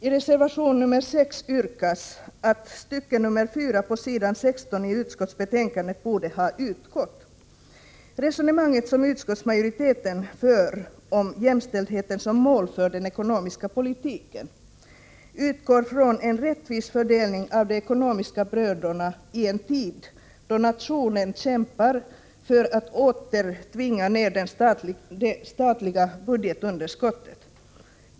I reservation 6 framhåller man att fjärde stycket på s. 16 i utskottsbetänkandet borde ha utgått. Resonemanget som utskottsmajoriteten för om jämställdheten som mål för den ekonomiska politiken utgår från en rättvis fördelning av de ekonomiska bördorna i en tid, då nationen kämpar för att åter tvinga ned det statliga budgetunderskottet.